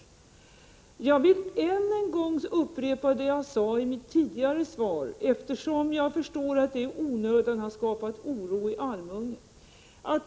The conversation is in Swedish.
Jag vill än en gång upprepa det jag sade i mitt tidigare svar, eftersom jag förstår att det i onödan har skapats oro i Almunge.